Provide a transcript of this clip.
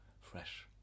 fresh